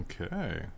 Okay